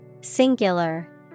Singular